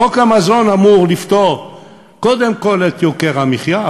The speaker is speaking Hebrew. חוק המזון אמור לפתור קודם כול את יוקר המחיה,